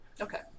Okay